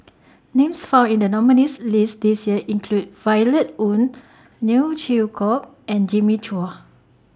Names found in The nominees' list This Year include Violet Oon Neo Chwee Kok and Jimmy Chua